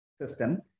system